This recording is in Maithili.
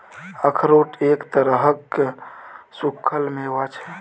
अखरोट एक तरहक सूक्खल मेवा छै